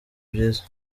byiza